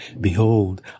behold